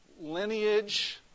lineage